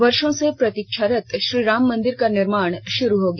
वर्षो से प्रतीक्षारत श्रीराम मंदिर का निर्माण शुरू होगा